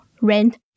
rent